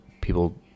people